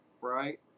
Right